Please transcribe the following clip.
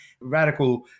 radical